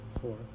Four